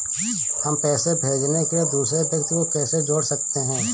हम पैसे भेजने के लिए दूसरे व्यक्ति को कैसे जोड़ सकते हैं?